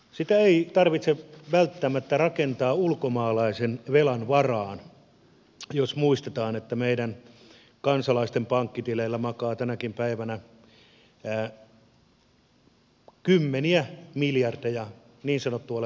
sitä ei tarvitse välttämättä rakentaa ulkomaalaisen velan varaan jos muistetaan että meidän kansalaisten pankkitileillä makaa tänäkin päivänä kymmeniä miljardeja niin sanottua löysää rahaa